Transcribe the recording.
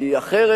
כי אחרת,